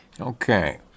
Okay